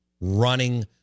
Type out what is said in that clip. running